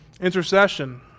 intercession